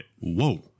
whoa